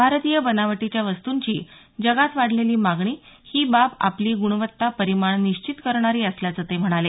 भारतीय बनावटीच्या वस्तूंची जगात वाढलेली मागणी ही बाब आपली गुणवत्ता परिमाण निश्चित करणारी असल्याचं ते म्हणाले